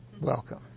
Welcome